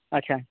ᱟᱪᱪᱷᱟ